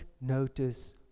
notice